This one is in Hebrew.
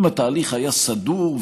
אם התהליך היה סדור,